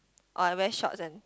or I wear shorts and